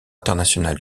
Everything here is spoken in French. international